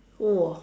!wah!